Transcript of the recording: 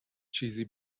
چیزی